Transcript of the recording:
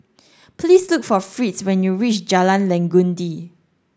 please look for Fritz when you reach Jalan Legundi